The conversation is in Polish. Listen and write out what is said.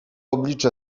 oblicze